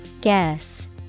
Guess